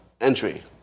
entry